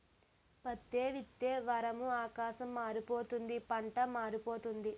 పత్తే విత్తే వారము ఆకాశం మారిపోయింది పంటా మారిపోయింది